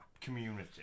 Community